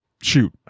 shoot